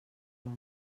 les